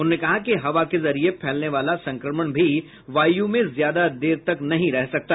उन्होंने कहा कि हवा के जरिए फैलने वाला संक्रमण भी वायु में ज्यादा देर तक नही रह सकता